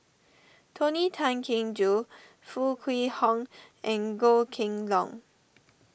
Tony Tan Keng Joo Foo Kwee Horng and Goh Kheng Long